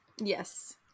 Yes